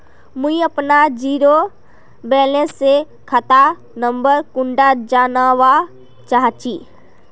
मुई अपना zero balance सेल खाता नंबर कुंडा जानवा चाहची?